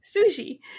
sushi